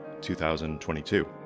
2022